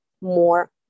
more